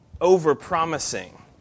over-promising